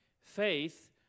Faith